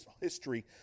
History